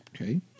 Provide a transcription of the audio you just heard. Okay